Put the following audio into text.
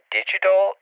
digital